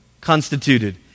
constituted